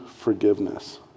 forgiveness